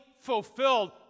fulfilled